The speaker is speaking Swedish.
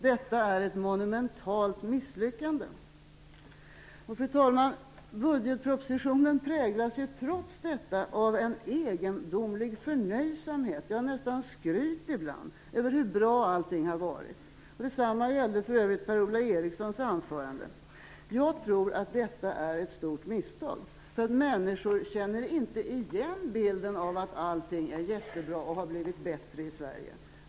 Detta är ett monumentalt misslyckande. Fru talman! Budgetpropositionen präglas trots detta av en egendomlig förnöjsamhet, ja, nästan skryt ibland, över hur bra allting har varit. Detsamma gäller för övrigt Per-Ola Erikssons anförande. Jag tror att detta är ett stort misstag, för människor känner inte igen bilden av att allting är jättebra och har blivit bättre i Sverige.